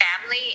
family